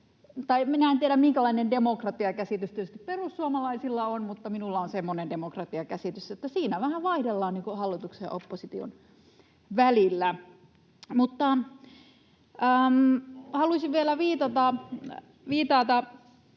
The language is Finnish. tiedä, minkälainen demokratiakäsitys perussuomalaisilla on, mutta minulla on semmoinen demokratiakäsitys, että siinä vähän vaihdellaan hallituksen ja opposition välillä. [Juha Mäenpää: Vauhti